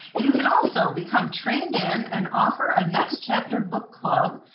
you can also become trained in and offer a next-chapter book club,